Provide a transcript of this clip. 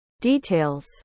details